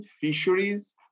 fisheries